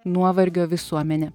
nuovargio visuomenė